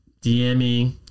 DMing